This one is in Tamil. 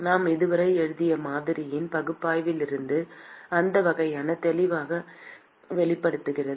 நாம் இதுவரை எழுதிய மாதிரியின் பகுப்பாய்விலிருந்து அந்த வகையான தெளிவாக வெளிப்படுகிறது